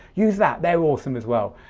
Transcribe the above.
use that, they're awesome as well.